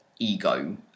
Ego